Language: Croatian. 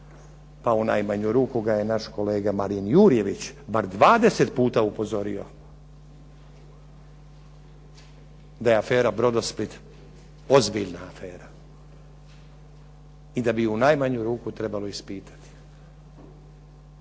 pa u najmanju ruku ga je naš kolega Marin Jurjević bar 20 puta upozorio da je afera Brodosplit ozbiljna afera i da bi ju u najmanju ruku trebalo ispitati.